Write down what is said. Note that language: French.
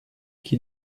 qui